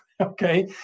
okay